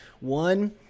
one